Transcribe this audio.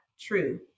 true